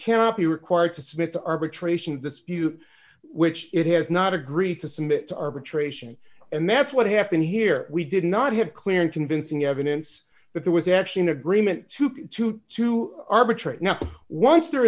cannot be required to submit to arbitration dispute which it has not agreed to submit to arbitration and that's what happened here we did not have clear and convincing evidence that there was actually an agreement to arbitrate now once there